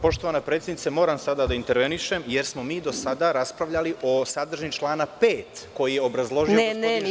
Poštovana predsednice, moram sada da intervenišem jer smo mi do sada raspravljali o sadržini člana 5, koji je obrazložio gospodin Živković.